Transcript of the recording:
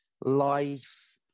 life